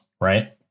right